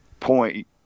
point